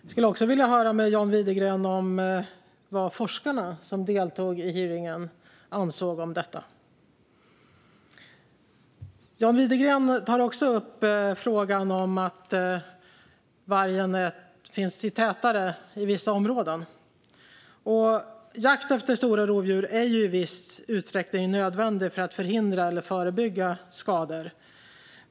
Jag skulle också vilja fråga John Widegren vad forskarna som deltog i hearingen ansåg om detta. John Widegren tar upp frågan om att vargen finns tätare i vissa områden. Jakt efter stora rovdjur är i viss utsträckning nödvändig för att förhindra eller förebygga skador.